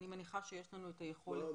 אני מניחה שיש לנו את היכולת לפעול.